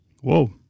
whoa